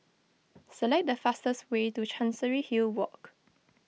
select the fastest way to Chancery Hill Walk